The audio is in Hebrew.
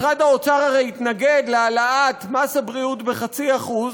משרד האוצר הרי התנגד להעלאת מס הבריאות ב-0.5%,